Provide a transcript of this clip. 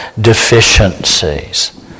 deficiencies